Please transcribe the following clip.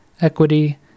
equity